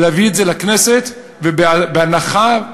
בהנחה,